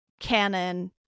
canon